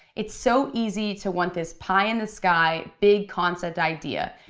it's so easy to want this pie in the sky big concept idea.